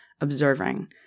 observing